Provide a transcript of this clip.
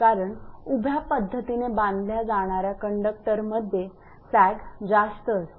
कारण उभ्या पद्धतीने बांधल्या जाणाऱ्या कंडक्टर मध्ये सॅग जास्त असेल